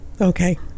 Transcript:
Okay